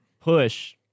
push